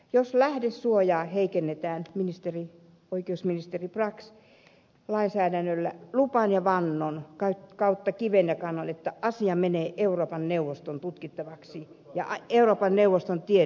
jos lähdesuojaa heikennetään oikeusministeri brax lainsäädännöllä lupaan ja vannon kautta kiven ja kannon että asia menee euroopan neuvoston tutkittavaksi ja euroopan neuvoston tiedoksi